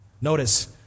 Notice